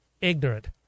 Ignorant